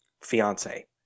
fiance